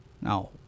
No